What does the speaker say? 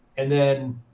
and then